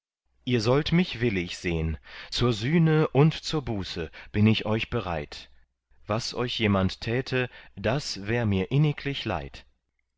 ihr sollt mich willig sehn zur sühne und zur buße bin ich euch bereit was euch jemand täte das wär mir inniglich leid